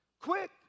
Quick